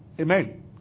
Amen